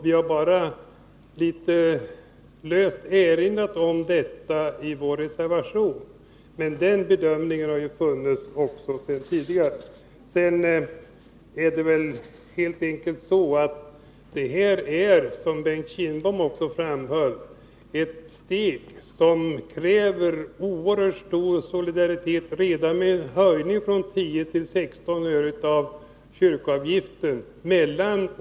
Vi har erinrat om i vår reservation, att denna bedömning funnits tidigare. Sedan är det väl helt enkelt så att det här, som Bengt Kindbom också framhöll, är ett steg som kräver oerhört stor solidaritet mellan olika församlingar redan vid en höjning från 10 till 16 öre av kyrkoavgiften.